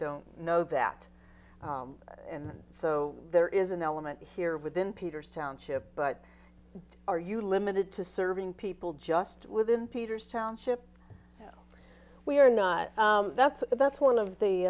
don't know that and so there is an element here within peter's township but are you limited to serving people just within peter's township we are not that's that's one